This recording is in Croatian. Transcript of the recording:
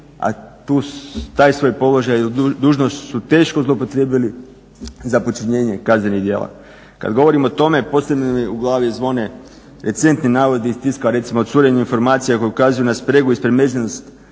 a taj svoj položaj ili dužnost su teško zloupotrijebili za počinjenje kaznenih djela. Kad govorim o tome posebno mi u glavi zvone recentni navodi iz diska recimo o curenju informacija koji ukazuju na spregu i ispremreženost